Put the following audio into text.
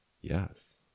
Yes